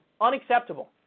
Unacceptable